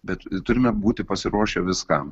bet turime būti pasiruošę viskam